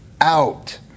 out